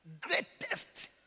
Greatest